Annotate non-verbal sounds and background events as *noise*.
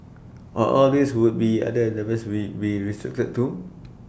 or all these would be *unintelligible* be restricted too